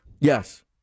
Yes